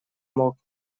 мог